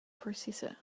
processor